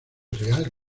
real